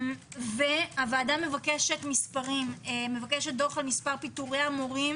הוועדה מבקשת דוח על מספר פיטורי המורים